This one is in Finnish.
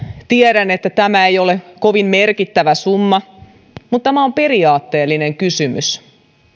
tiedän tämä ei ole kovin merkittävä summa mutta tämä on periaatteellinen kysymys